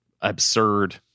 absurd